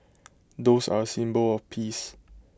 doves are A symbol of peace